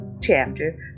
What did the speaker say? chapter